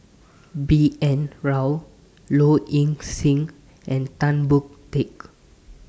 B N Rao Low Ing Sing and Tan Boon Teik